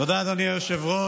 תודה, אדוני היושב-ראש.